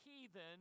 heathen